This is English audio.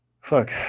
fuck